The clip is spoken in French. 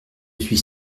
suis